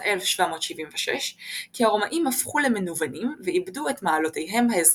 1776 כי הרומאים הפכו למנוונים ואיבדו את מעלותיהם האזרחיות.